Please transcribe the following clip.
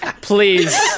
please